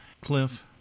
Cliff